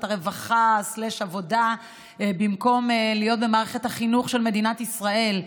הרווחה או העבודה במקום להיות במערכת החינוך של מדינת ישראל.